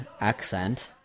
accent